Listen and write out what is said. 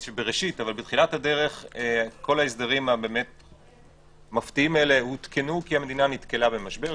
בתחילת הדרך כל ההסדרים המפתיעים האלה הותקנו כי המדינה נתקלה במשבר,